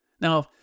Now